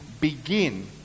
begin